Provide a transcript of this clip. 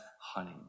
honey